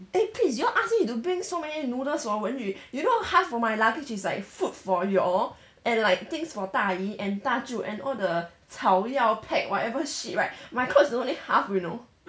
eh please you all ask me to bring so many noodles for wenyu you know half of my luggage is like food for you all and like things for 大姨 and 大舅 and all the 草药 pack whatever shit right my clothes is only half you know